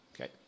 okay